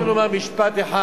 אני רק רוצה לומר משפט אחד.